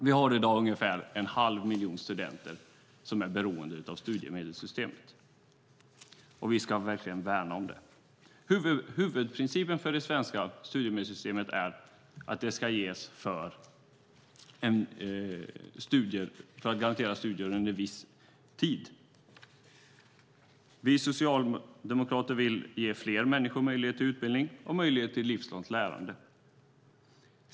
Vi har i dag ungefär en halv miljon studenter som är beroende av studiemedelssystemet. Vi ska verkligen värna om det. Huvudprincipen för det svenska studiemedelssystemet är att det ska ges för att garantera studier under en viss tid. Vi socialdemokrater vill ge fler människor möjlighet till utbildning och möjlighet till livslångt lärande.